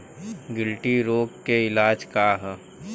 गिल्टी रोग के इलाज का ह?